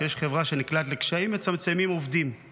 כשיש חברה שנקלעת לקשיים, מצמצמים עובדים;